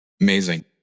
Amazing